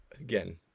again